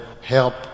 help